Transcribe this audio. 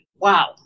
wow